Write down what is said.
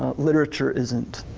ah literature isn't,